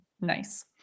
Nice